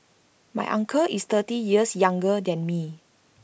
my uncle is thirty years younger than me